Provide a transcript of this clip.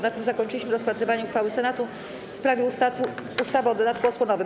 Na tym zakończyliśmy rozpatrywanie uchwały Senatu w sprawie ustawy o dodatku osłonowym.